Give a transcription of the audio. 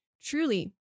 truly